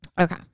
Okay